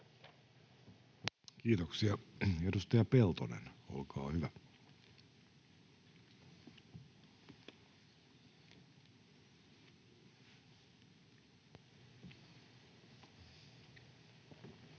Kiitoksia. — Edustaja Peltonen, olkaa hyvä. [Speech